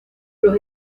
los